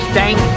Thank